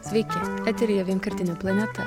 sveiki eteryje vienkartinė planeta